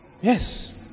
yes